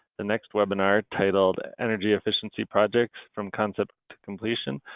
the next webinar, titled energy efficiency projects from concept to completion,